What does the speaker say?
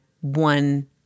one